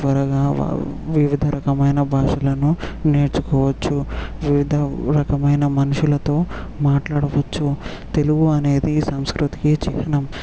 త్వరగా వివిధ రకమైన భాషలను నేర్చుకోవచ్చు వివిధ రకమైన మనుషులతో మాట్లాడవచ్చు తెలుగు అనేది సంస్కృతికి చిహ్నం